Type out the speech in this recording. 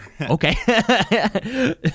okay